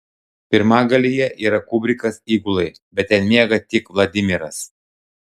pirmagalyje yra kubrikas įgulai bet ten miega tik vladimiras